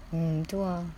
mm tu ah